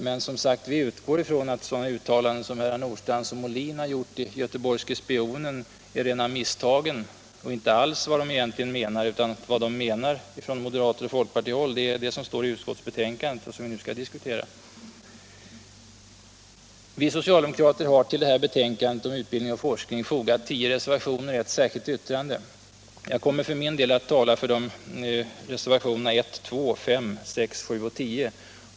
Men, som sagt, vi utgår från att sådana uttalanden som herrar Nordstrandh och Molin har gjort i Götheborgske Spionen är rena misstagen och inte alls vad de egentligen menar, utan att vad som menas från moderat och folkpartihåll är det som står i utskottsbetänkandet och som vi nu skall diskutera. Vi socialdemokrater har till detta betänkande om utbildning och forskning fogat tio reservationer och ett särskilt yttrande. Jag kommer för min del att tala för reservationerna 1, 2, 5, 6, 7 och 10.